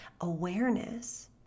awareness